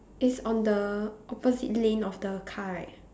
is on the opposite lane of the car right